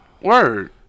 Word